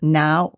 now